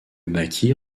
maquis